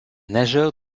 nageur